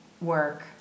work